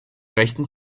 rechten